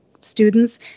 students